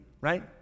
right